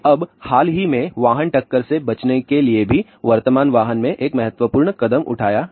अब हाल ही में वाहन टक्कर से बचने के लिए भी वर्तमान वाहन में एक महत्वपूर्ण कदम उठाया है